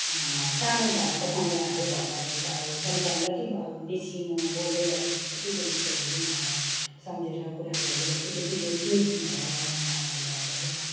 सानो छँदाको सम्झानाहरू भन्दाखेरि त अब सम्झाना जति बेसी म बोल्दै जान्छु जति त्यो विषय दिनहरूलाई सम्झेर कुरा गर्दै जान्छु त्यति त्यो त्यो दिनहरू अगाडि आँखा अगाडि झल्झली आउँछ